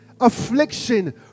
affliction